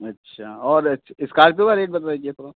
अच्छा और इस इस्कोर्पियो का रेट बता दीजिये थोड़ा